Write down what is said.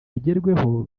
bigerweho